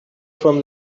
from